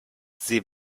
sie